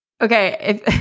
okay